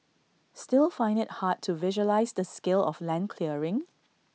still find IT hard to visualise the scale of land clearing